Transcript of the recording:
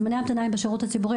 זמני המתנה בשירות הציבורי,